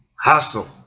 Hustle